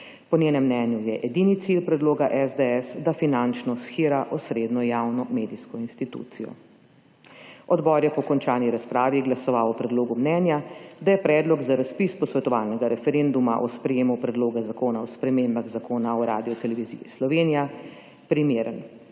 Po njenem mnenju je edini cilj predloga SDS, da finančno shira osrednjo javno medijsko institucijo. Odbor je po končani razpravi glasoval o predlogu mnenja, da je Predlog za razpis posvetovalnega referenduma o sprejemu Predloga zakona o spremembah Zakona o Radioteleviziji Slovenija primeren.